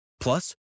Plus